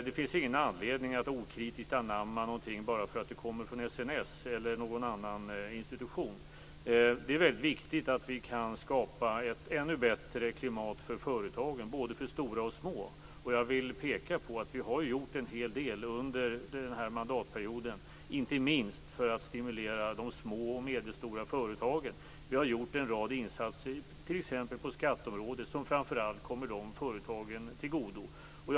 Det finns ingen anledning att okritiskt anamma någonting bara för att det kommer från SNS eller någon annan institution. Det är väldigt viktigt att vi kan skapa ett ännu bättre klimat för företagen, för både stora och små. Jag vill peka på att vi har gjort en hel del under den här mandatperioden, inte minst för att stimulera de små och medelstora företagen. Vi har gjort en rad insatser t.ex. på skatteområdet som framför allt kommer de företagen till godo.